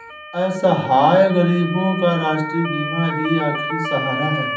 असहाय गरीबों का राष्ट्रीय बीमा ही आखिरी सहारा है